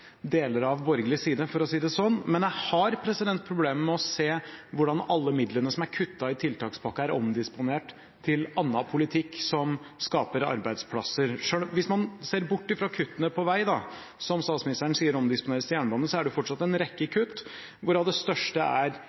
deler av borgerlig side, for å si det sånn. Men jeg har problemer med å se hvordan alle midlene som er kuttet i tiltakspakken, er omdisponert til annen politikk som skaper arbeidsplasser. Hvis man ser bort ifra kuttene på vei, som statsministeren sier omdisponeres til jernbane, er det jo fortsatt en rekke kutt hvorav det største er